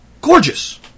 Gorgeous